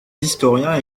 historiens